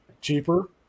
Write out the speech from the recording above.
Cheaper